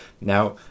Now